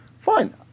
fine